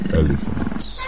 elephants